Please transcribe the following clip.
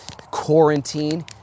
quarantine